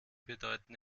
bedeuten